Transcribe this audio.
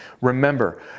Remember